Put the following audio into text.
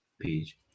page